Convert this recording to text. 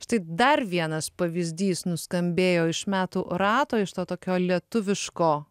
štai dar vienas pavyzdys nuskambėjo iš metų rato iš to tokio lietuviško